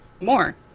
more